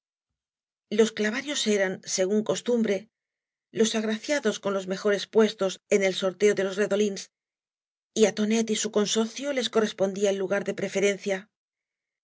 los clavarios eran según costumbre los agraciados cou los mejores puestos en el sorteo de los redouns y á toneí y su consocio les correspondía el lugar de preferencia